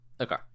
Okay